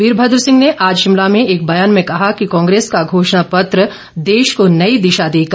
वीरभद्र सिंह ने आज शिमला में एक बयान में कहा कि कांग्रेस का घोषणापत्र देश को नई दिशा देगा